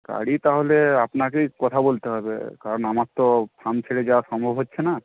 গাড়ি তাহলে আপনাকেই কথা বলতে হবে কারণ আমার তো ফার্ম ছেড়ে যাওয়া সম্ভব হচ্ছে না